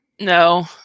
No